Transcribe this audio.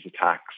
attacks